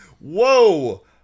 whoa